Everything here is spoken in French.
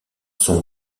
son